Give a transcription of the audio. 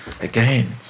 again